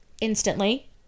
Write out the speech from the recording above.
instantly